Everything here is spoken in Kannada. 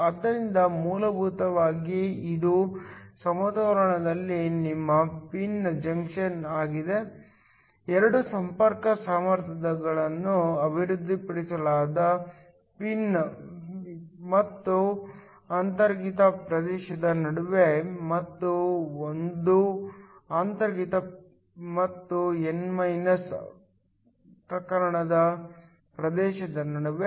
ಆದ್ದರಿಂದ ಮೂಲಭೂತವಾಗಿ ಇದು ಸಮತೋಲನದಲ್ಲಿ ನಿಮ್ಮ ಪಿನ್ ಜಂಕ್ಷನ್ ಆಗಿದೆ 2 ಸಂಪರ್ಕ ಸಾಮರ್ಥ್ಯಗಳನ್ನು ಅಭಿವೃದ್ಧಿಪಡಿಸಲಾಗಿದೆ p ಮತ್ತು ಆಂತರಿಕ ಪ್ರದೇಶದ ನಡುವೆ ಮತ್ತು ಒಂದು ಅಂತರ್ಗತ ಮತ್ತು n ಪ್ರಕಾರದ ಪ್ರದೇಶದ ನಡುವೆ